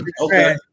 Okay